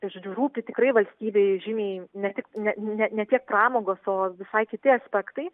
tai žodžiu rūpi tikrai valstybei žymieji ne tik ne ne tik pramogos o visai kiti aspektai